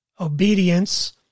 Obedience